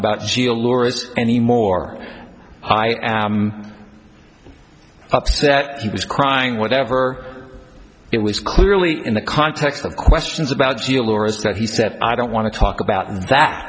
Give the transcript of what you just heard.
lures anymore i am upset he was crying whatever it was clearly in the context of questions about that he said i don't want to talk about that